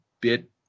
bit